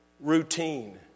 routine